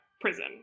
prison